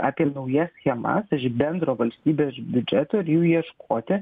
apie naujas schemas iš bendro valstybės biudžeto ir jų ieškoti